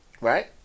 right